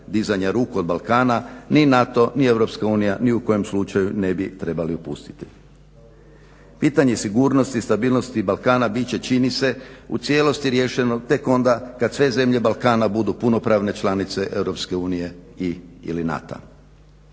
dizanja ruku od Balkana ni NATO ni EU ni u kojem slučaju ne bi trebali upustiti. Pitanje sigurnosti i stabilnosti Balkana bit će čini se u cijelosti riješeno tek onda kad sve zemlje Balkana budu punopravne članice EU ili NATO-a.